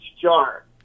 jar